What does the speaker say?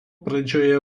pradžioje